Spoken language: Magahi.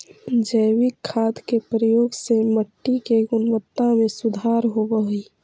जैविक खाद के प्रयोग से मट्टी के गुणवत्ता में सुधार होवऽ हई